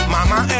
Mama